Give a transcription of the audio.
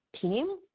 team